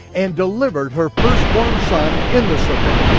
and delivered her firstborn son in the sukkah.